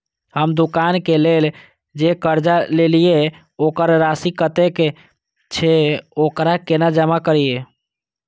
हम दुकान के लेल जे कर्जा लेलिए वकर राशि कतेक छे वकरा केना जमा करिए?